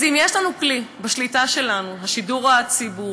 אז אם יש לנו כלי בשליטה שלנו, השידור הציבורי,